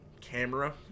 camera